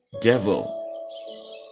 Devil